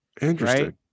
interesting